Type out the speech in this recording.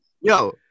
Yo